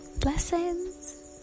Blessings